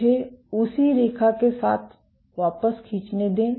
मुझे उसी रेखा के साथ वापस खींचने दें